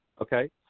Okay